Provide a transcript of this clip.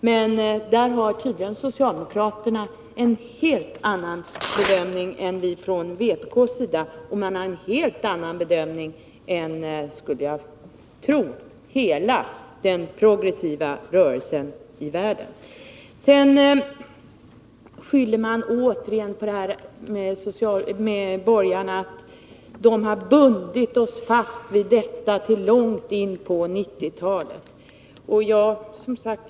Men där har socialdemokraterna tydligen en helt annan bedömning än vi från vpk:s sida, och man har skulle jag tro en helt annan bedömning än hela den progressiva rörelsen i världen. Sedan skyller man återigen på att borgarna har bundit oss fast vid detta till långt in på 1990-talet.